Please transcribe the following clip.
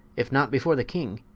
if not before the king,